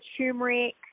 turmeric